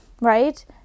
right